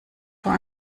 vor